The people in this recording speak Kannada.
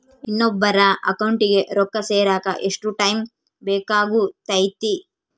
ಇನ್ನೊಬ್ಬರ ಅಕೌಂಟಿಗೆ ರೊಕ್ಕ ಸೇರಕ ಎಷ್ಟು ಟೈಮ್ ಬೇಕಾಗುತೈತಿ?